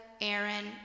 Aaron